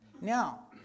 Now